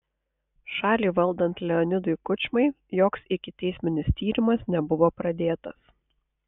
šalį valdant leonidui kučmai joks ikiteisminis tyrimas nebuvo pradėtas